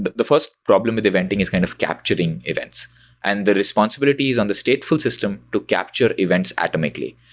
but the first problem with eventing is kind of capturing events and the responsibilities on the stateful system to capture events automatically.